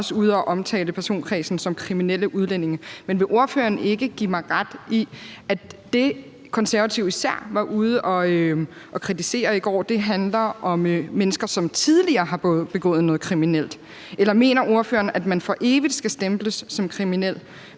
at omtale personkredsen som kriminelle udlændinge. Men vil ordføreren ikke give mig ret i, at det, Konservative især var ude at kritisere i går, handler om mennesker, som tidligere har begået noget kriminelt? Eller mener ordføreren, at man for evigt skal stemples som kriminel,